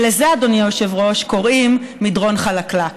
ולזה, אדוני היושב-ראש, קוראים מדרון חלקלק.